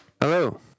hello